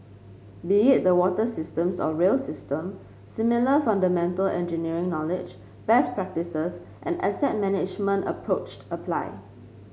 be it the water systems or rail system similar fundamental engineering knowledge best practices and asset management approached apply